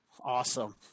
Awesome